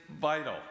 vital